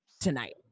tonight